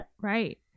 Right